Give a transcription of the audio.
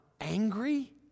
angry